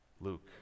Luke